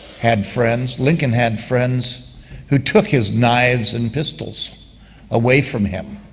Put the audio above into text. had friends, lincoln had friends who took his knives and pistols away from him.